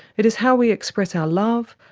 it is how we express our love,